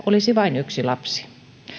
olisi vain yksi lapsi